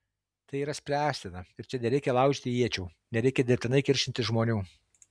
tai yra spręstina ir čia nereikia laužyti iečių nereikia dirbtinai kiršinti žmonių